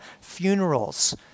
funerals